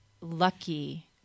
lucky